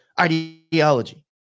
ideology